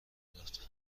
داد